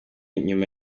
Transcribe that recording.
inyuma